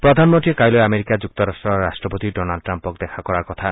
প্ৰধানমন্ত্ৰীয়ে কাইলৈ আমেৰিকা যুক্তৰাট্টৰ ৰট্টপতি ডনাল্ড ট্ৰাম্পক দেখা কৰাৰ কথা